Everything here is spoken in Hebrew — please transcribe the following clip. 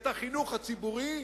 את החינוך הציבורי,